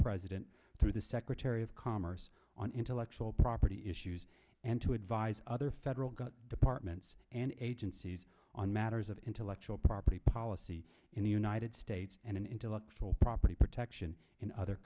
president through the secretary of commerce on intellectual property issues and to advise other federal departments and agencies on matters of intellectual property policy in the united states and in intellectual property protection in other